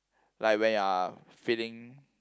like when you are feeling